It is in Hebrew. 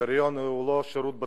שהקריטריון הוא לא שירות בצבא,